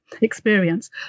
experience